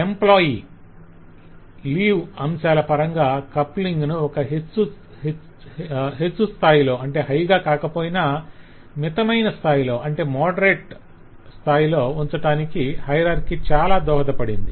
employee - leave అంశాల పరంగా coupling ను ఒక హెచ్చు స్థాయిలో కాకపోయినా మితమైన స్థాయిలో ఉంచటానికి హయరార్కి చాలా దోహదపడింది